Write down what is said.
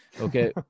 okay